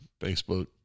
Facebook